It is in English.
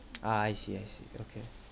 ah I see I see okay